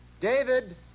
David